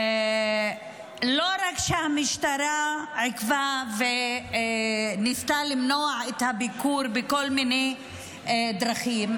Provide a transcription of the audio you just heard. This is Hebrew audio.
ולא רק שהמשטרה עיכבה וניסתה למנוע את הביקור בכל מיני דרכים,